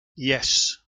yes